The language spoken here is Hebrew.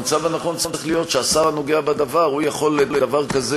המצב הנכון צריך להיות שהשר הנוגע בדבר יכול למנוע דבר כזה,